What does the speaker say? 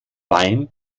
wein